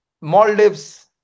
Maldives